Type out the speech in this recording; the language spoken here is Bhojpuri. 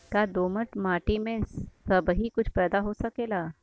का दोमट माटी में सबही कुछ पैदा हो सकेला?